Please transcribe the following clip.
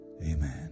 Amen